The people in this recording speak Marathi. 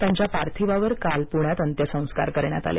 त्यांच्या पार्थिवावर काल पूण्यात अंत्यसंस्कार करण्यात आले